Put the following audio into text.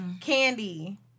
Candy